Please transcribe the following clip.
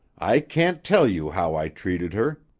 i can't tell you how i treated her,